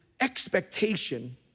expectation